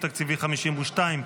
אין סעיף 52,